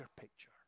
picture